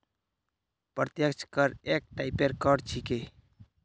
प्रत्यक्ष कर एक टाइपेर कर छिके